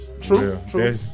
True